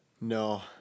No